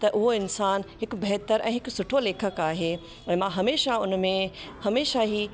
त उहो इंसान हिकु बहितरु ऐं हिक सुठो लेखक आहे ऐं मां हमेशह उनमें हमेशह ई